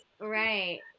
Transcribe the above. Right